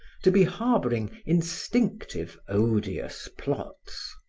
to be harboring instinctive, odious plots.